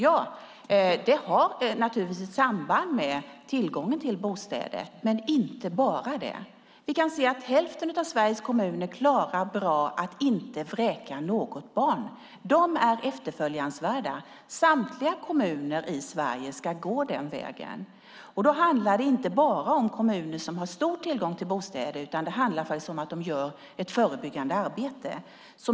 Det har naturligtvis ett samband med tillgången till bostäder, men inte bara det. Hälften av Sveriges kommuner klarar att inte vräka något barn. De är efterföljansvärda. Samtliga kommuner i Sverige ska gå den vägen. Då handlar det inte bara om kommuner som har stor tillgång till bostäder, utan det handlar om att de gör ett förebyggande arbete.